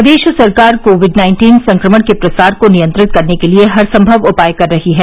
प्रदेश सरकार COVID nineteen संक्रमण के प्रसार को नियंत्रित करने के लिए हरसम्मव उपाय कर रही है